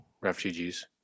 refugees